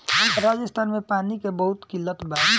राजस्थान में पानी के बहुत किल्लत बा